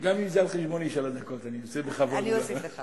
אני אשתדל.